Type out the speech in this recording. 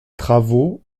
travaux